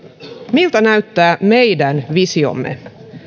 miltä näyttää meidän visiomme